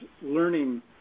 learning